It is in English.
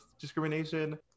discrimination